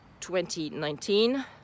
2019